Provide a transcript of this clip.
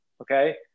Okay